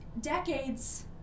decades